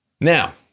Now